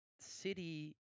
City